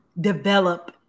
develop